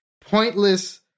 pointless